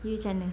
you macam mana